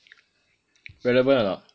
relevant or not